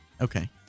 okay